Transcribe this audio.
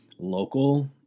local